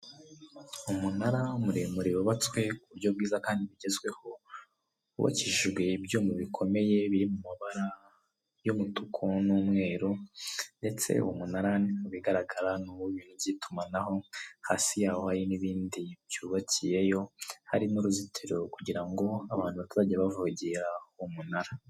Umunara muremure wubatswe ku buryo bwiza kandi bigezweho, wubakishijwe ibyuma bikomeye biri mu mabara y'umutuku n'umweru ndetse uwo munara mu bigaragara ni uwibintu by'itumanaho hasi yaho hari n'ibindi byubakiyeyo hari n'uruzitiro kugira ngo abantu batazajya bavogera umunara.